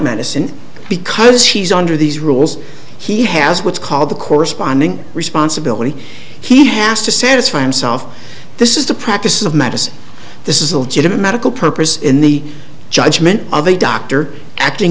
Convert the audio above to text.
medicine because he's under these rules he has what's called the corresponding responsibility he has to satisfy himself this is the practice of medicine this is a legitimate medical purpose in the judgment of a doctor acting